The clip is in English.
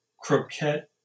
Croquette